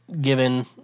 given